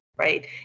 Right